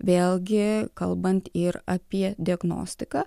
vėlgi kalbant ir apie diagnostiką